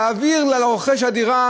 תעביר לרוכש הדירה